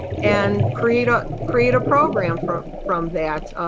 and create ah create a program from from that.